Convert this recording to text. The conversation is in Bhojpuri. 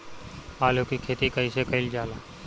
आलू की खेती कइसे कइल जाला?